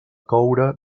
coure